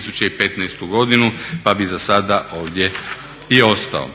2015. godinu pa bih za sada ovdje i ostao.